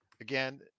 Again